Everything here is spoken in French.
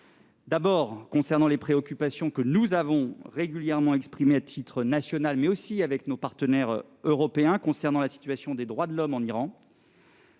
d'abord, les préoccupations que nous avons régulièrement exprimées à titre national, mais aussi avec nos partenaires européens, quant à la situation des droits de l'homme en Iran.